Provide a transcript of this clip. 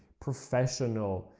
professional,